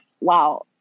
wow